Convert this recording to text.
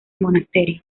monasterio